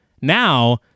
now